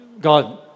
God